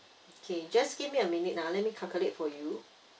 okay just give me a minute ah let me calculate for you